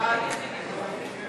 לשנת התקציב